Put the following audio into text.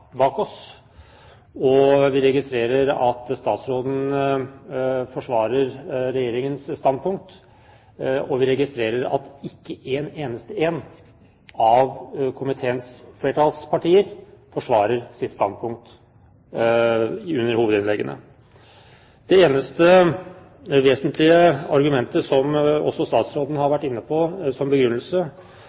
vi registrerer at statsråden forsvarer Regjeringens standpunkt, og vi registrerer at ikke én eneste av komiteens flertallspartier har forsvart sitt standpunkt under hovedinnleggene. Det eneste vesentlige argumentet som er framført – som også statsråden har vært inne på som begrunnelse